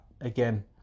again